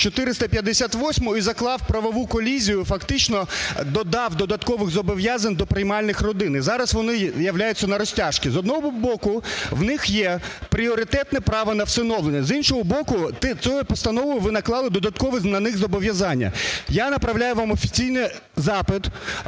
458 і заклав правову колізію, фактично додав додаткових зобов'язань до приймальних родині, і зараз вони являються на розтяжці. З одного боку, у них є пріоритетне право на всиновлення, з іншого боку, цією постановою ви наклали додаткові на них зобов'язання. Я направляю вам офіційний запит.